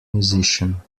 musician